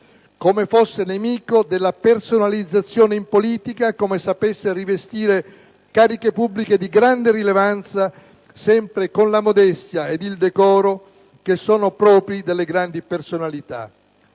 come fosse nemico della personalizzazione in politica, come sapesse rivestire cariche pubbliche di grande rilevanza sempre con la modestia e il decoro che sono propri delle grandi personalità.